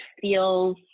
feels